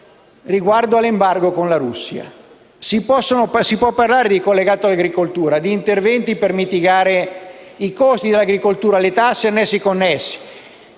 riguardo all'embargo alla Russia. Si può parlare di collegato agricoltura, di interventi per mitigare i costi per l'agricoltura, le tasse, annessi e connessi.